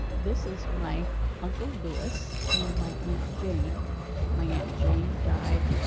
this is my uncle lewis and my aunt jane my aunt jane died.